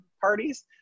parties